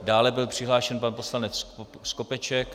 Dále byl přihlášen pan poslanec Skopeček.